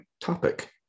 topic